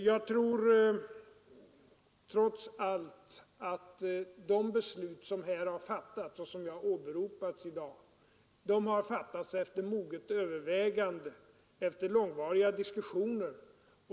Jag tror trots allt att de beslut som här fattats och som åberopats i dag har fattats efter moget övervägande och långvariga diskussioner.